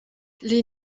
les